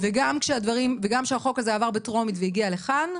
וגם כשהחוק הזה עבר בטרומית והגיע לכאן,